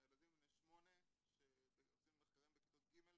ילדים בני 8. עושים מחקרים בכיתות ג'.